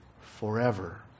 forever